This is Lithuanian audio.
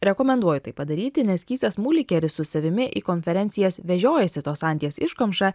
rekomenduoju tai padaryti nes kysas mulikeris su savimi į konferencijas vežiojasi tos anties iškamšą